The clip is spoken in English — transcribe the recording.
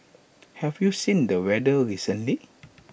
have you seen the weather recently